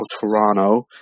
Toronto